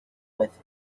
with